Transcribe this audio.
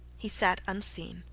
he sat unseen,